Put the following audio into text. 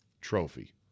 trophy